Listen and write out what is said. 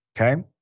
okay